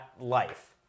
life